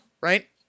right